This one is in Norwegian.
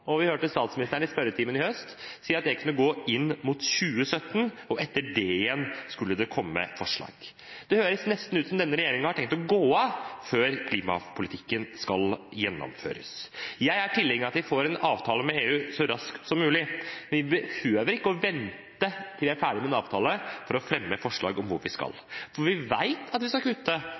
Vi hørte statsministeren si i spørretimen i høst at det kunne gå inn mot 2017, og at det etter det skulle komme forslag. Det høres nesten ut som om denne regjeringen har tenkt å gå av før klimapolitikken skal gjennomføres. Jeg er tilhenger av at vi får en avtale med EU så raskt som mulig, men vi behøver ikke å vente til de er ferdige med en avtale for å fremme forslag om hvor vi skal. Vi vet at vi skal kutte